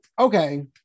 okay